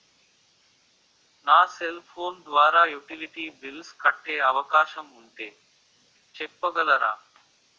నా cell phone ద్వారా utility bills కట్టే అవకాశం ఉంటే చెప్పగలరా?